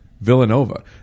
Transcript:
villanova